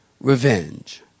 revenge